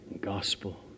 gospel